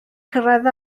cyrraedd